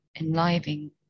enlivening